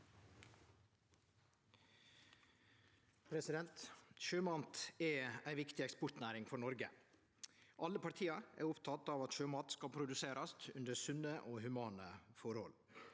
Sjømat er ei viktig eks- portnæring for Noreg. Alle partia er opptekne av at sjømat skal produserast under sunne og humane forhold.